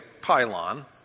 pylon